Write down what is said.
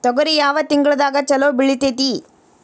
ತೊಗರಿ ಯಾವ ತಿಂಗಳದಾಗ ಛಲೋ ಬೆಳಿತೈತಿ?